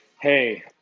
hey